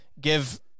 give